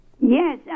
Yes